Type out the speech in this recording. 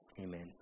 amen